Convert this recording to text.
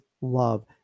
love